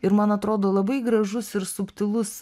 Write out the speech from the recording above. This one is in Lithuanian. ir man atrodo labai gražus ir subtilus